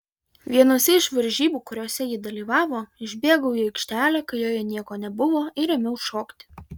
vienose iš varžybų kuriose ji dalyvavo išbėgau į aikštelę kai joje nieko nebuvo ir ėmiau šokti